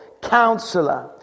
Counselor